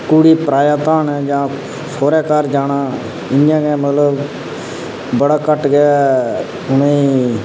कि कुड़ी पराया धन ऐ जां सौह्रे घर जाना इं'या मतलब बड़ा घट्ट गै उ'नेंगी